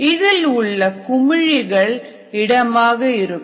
இதில் உள்ள குமிழிகள் இடமாக இருக்கும்